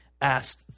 asked